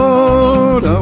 Lord